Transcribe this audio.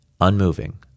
unmoving